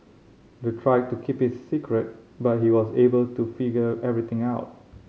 they tried to keep it's a secret but he was able to figure everything out